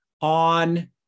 on